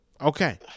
Okay